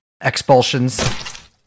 expulsions